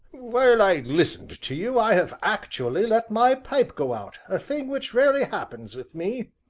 while i listened to you i have actually let my pipe go out a thing which rarely happens with me.